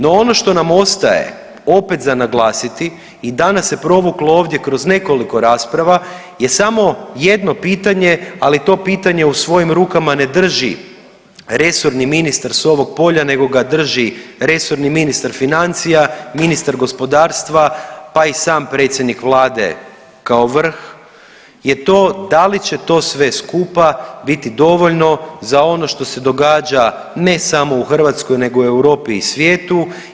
No ono što nam ostaje opet za naglasiti i danas se provuklo ovdje kroz nekoliko rasprava je samo jedno pitanje, ali to pitanje u svojim rukama ne drži resorni ministar sa ovog polja, nego ga drži resorni ministar financija, ministar gospodarstva, pa i sam predsjednik Vlade kao vrh je to da li će to sve skupa biti dovoljno za ono što se događa ne samo u Hrvatskoj nego i u Europi i svijetu.